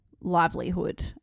livelihood